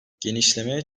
genişleme